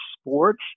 sports